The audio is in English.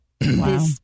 Wow